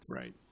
right